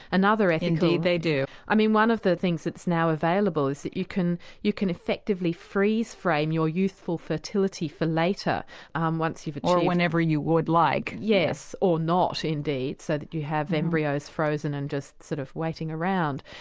indeed they do. i mean one of the things that's now available is that you can you can effectively freeze-frame your youthful fertility for later um once you've achieved. or whenever you would like. yes or not, indeed, so that you have embryos frozen and just sort of waiting around.